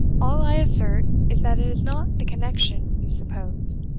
all i assert is that it is not the connection you suppose.